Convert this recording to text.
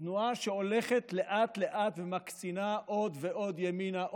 תנועה שהולכת לאט-לאט ומקצינה עוד ועוד ימינה,